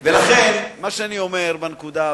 לכן, מה שאני אומר בנקודה הזו,